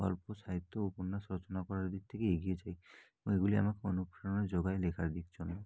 গল্প সাহিত্য উপন্যাস রচনা করার দিক থেকে এগিয়ে যাই ওইগুলি আমাকে অনুপ্রেরণা জোগায় লেখার দিক জন্য